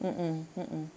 mm mm mm mm